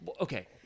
okay